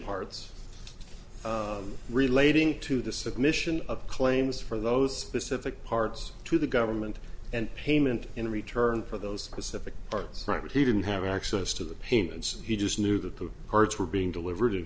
parts relating to the submission of claims for those specific parts to the government and payment in return for those pacific arts but he didn't have access to the payments he just knew that the cards were being delivered